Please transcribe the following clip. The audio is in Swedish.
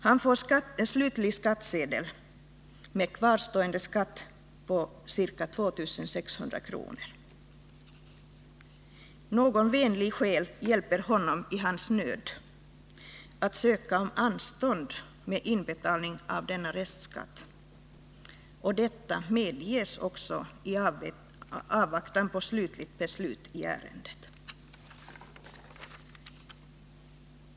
Han får skattsedel avseende slutlig skatt med kvarstående skatt på ca 2 600 kr. Någon vänlig själ hjälper honomi hans nöd att ansöka om anstånd med inbetalning av denna restskatt. Detta medges också i avvaktan på slutligt beslut i ärendet.